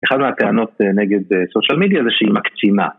אחת מהטענות נגד סושיאל מדיה זה שהיא מקצינה